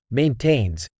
maintains